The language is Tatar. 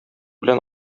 белән